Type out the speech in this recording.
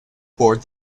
bored